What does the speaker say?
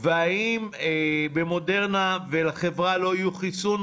ואם לחברה לא יהיה חיסון,